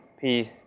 peace